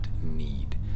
need